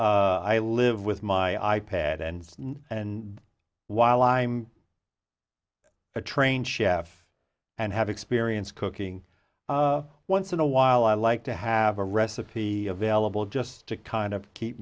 i live with my i pad and and while i'm a trained chef and have experience cooking once in a while i like to have a recipe available just to kind of keep